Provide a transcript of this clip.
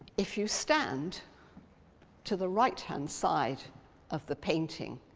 if you stand to the right-hand side of the painting,